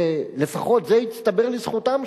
ולפחות זה יצטבר לזכותם,